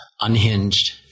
unhinged